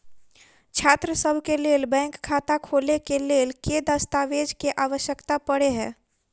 छात्रसभ केँ लेल बैंक खाता खोले केँ लेल केँ दस्तावेज केँ आवश्यकता पड़े हय?